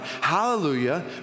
hallelujah